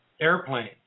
airplane